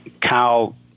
Kyle